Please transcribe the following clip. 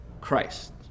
Christ